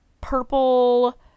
purple